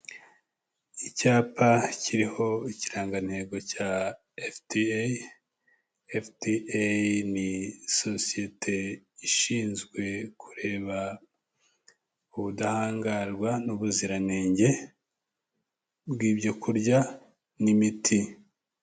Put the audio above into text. Icyapa kiriho ikirangantego cya FDA. FDA ni sosiyete ishinzwe kureba ubudahangarwa n'ubuziranenge bw'ibyo kurya n'imiti.